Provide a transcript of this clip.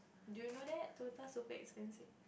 do you know that Toyota super expensive